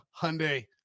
Hyundai